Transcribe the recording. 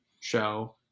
show